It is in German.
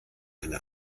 eine